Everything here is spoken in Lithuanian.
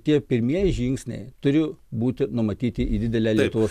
tie pirmieji žingsniai turi būti numatyti į didelę lietuvos